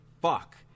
fuck